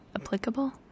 applicable